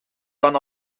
dan